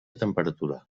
temperatura